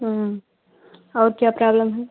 हम्म और क्या प्रॉब्लम है